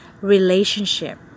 relationship